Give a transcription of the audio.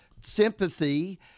sympathy